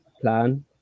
plan